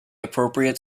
appropriate